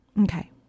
Okay